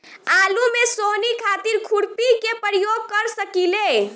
आलू में सोहनी खातिर खुरपी के प्रयोग कर सकीले?